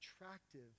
attractive